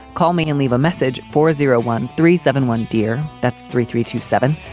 call me and leave a message for zero one three seven one, dear. that's three three two seven.